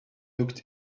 looked